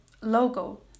logo